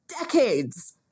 decades